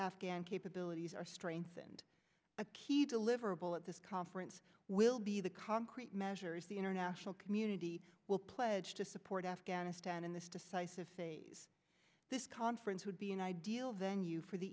afghan capabilities are strengthened a key deliverable at this conference will be the concrete measures the international community will pledge to support afghanistan in this decisive phase this conference would be an ideal venue for the